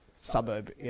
Suburb